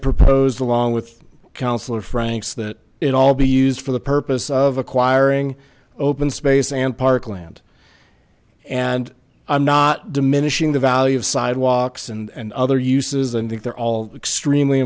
proposed along with counselor franks that it all be used for the purpose of acquiring open space and parkland and i'm not diminishing the value of sidewalks and other uses and that they're all extremely